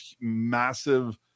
massive